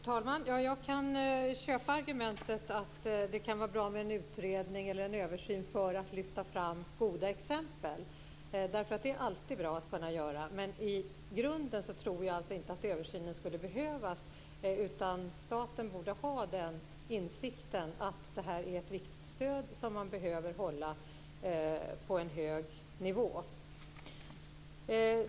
Fru talman! Jag kan köpa argumentet att det kan vara bra med en utredning eller en översyn för att lyfta fram goda exempel. Det är alltid bra att kunna göra det. Men i grunden tror jag alltså inte att översynen skulle behövas, utan staten borde ha den insikten att det här är ett viktigt stöd som behöver hållas på en hög nivå.